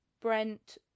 Brent